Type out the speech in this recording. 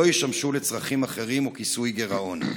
ישמשו לצרכים אחרים או כיסוי גירעון?